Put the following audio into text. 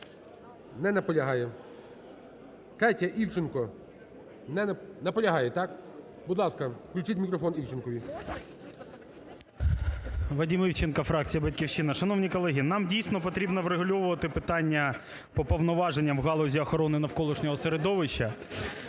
Не наполягає. 3-я, Івченко. Наполягає, так? Будь ласка, включіть мікрофон Івченкові. 13:15:30 ІВЧЕНКО В.Є. Вадим Івченко, фракція "Батьківщина". Шановні колеги, нам дійсно потрібно врегульовувати питання по повноваженням в галузі охорони навколишнього середовища.